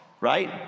right